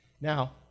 Now